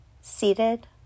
seated